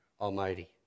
Almighty